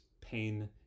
pain